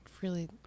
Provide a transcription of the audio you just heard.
really-